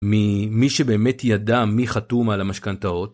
ממי שבאמת ידע מי חתום על המשכנת האות.